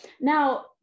Now